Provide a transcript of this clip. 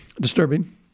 Disturbing